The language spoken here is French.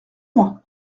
moi